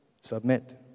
Submit